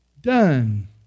done